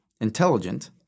intelligent